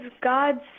God's